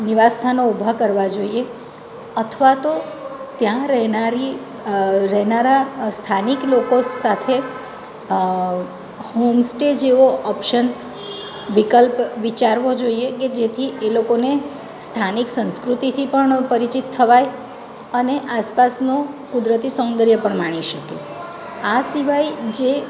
નિવાસસ્થાનો ઊભા કરવા જોઈએ અથવા તો ત્યાં રહેનારી રહેનારા સ્થાનિક લોકો સાથે હોમ સ્ટે જેવો ઓપ્સન વિકલ્પ વિચારવો જોઈએ કે જેથી એ લોકોને સ્થાનિક સંસ્કૃતિથી પણ પરિચિત થવાય અને આસપાસનું કુદરતી સૌંદર્ય પણ માણી શકે આ સિવાય જે